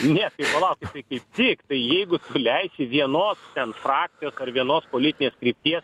ne tai palaukit tai kaip tik jeigu suleisi vienos ten frakcijos ar vienos politinės krypties